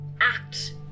act